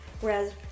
Whereas